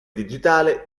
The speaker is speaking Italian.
digitale